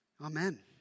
Amen